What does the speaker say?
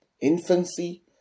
infancy